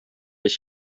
ich